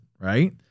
right